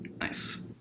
Nice